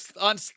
on